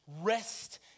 Rest